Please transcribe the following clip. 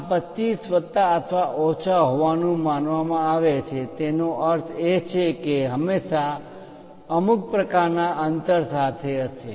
આ 25 વત્તા અથવા ઓછા હોવાનું માનવામાં આવે છે તેનો અર્થ એ છે કે હંમેશા અમુક પ્રકારના અંતર સાથે હશે